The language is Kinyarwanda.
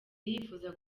yifuza